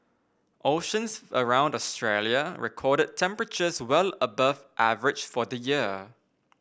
oceans around Australia recorded temperatures well above average for the year